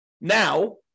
now